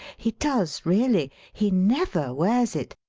he does really. he never wears it,